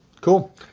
Cool